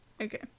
Okay